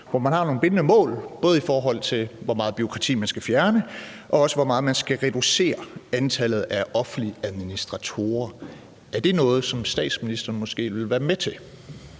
hvor man har nogle bindende mål for, hvor meget bureaukrati man skal fjerne, og for, hvor meget man skal reducere antallet af offentlige administratorer. Er det noget, som statsministeren måske vil være med til?